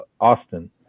austin